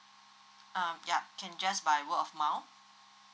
um yup can just by word of mouth